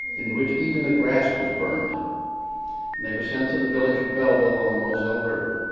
in which, even the grass was burned. and they were sent to the village of belleville on the moselle river.